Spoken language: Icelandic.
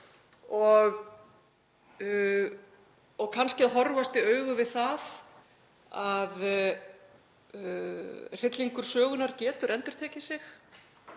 og kannski að horfast í augu við það að hryllingur sögunnar getur endurtekið sig.